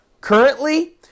currently